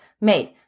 made